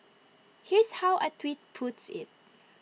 here's how A tweet puts IT